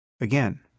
Again